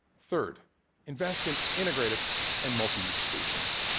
third invest in integrated and multi-use solutions.